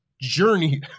journey